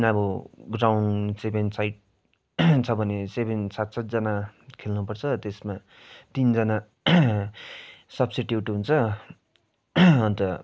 अब ग्राउन्ड चाहिँ main side छ भने सेभेन सात सातजना खेल्नुपर्छ त्यसमा तिनजना सब्सिट्युट हुन्छ अन्त